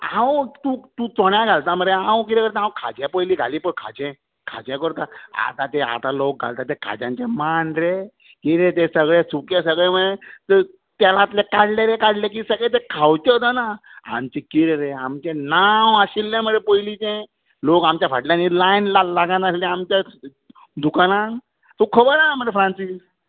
हांव तूं तूं तूं चोण्या घालता मुरे हांव कितें करता मरे हांव खाजें पयली घाली पळय खाजें खाजें आतां लोक घालता ते खाज्यांचे मांड रे कितें ते सगळें सुकें सगळें तेलांतले काडले रे काडले की ते सगळें खांवचे सुद्दां ना आमचे कितें रे आमचे नांव आशिल्ले मरे पयलींचे लोक आमच्या फाटल्यान लायन लागना आसली रे आमच्या दुकानान तुका खबर आसा मरे फ्रानसीस